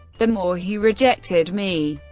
the more he rejected me,